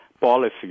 policy